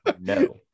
no